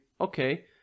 okay